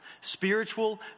spiritual